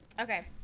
Okay